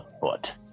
foot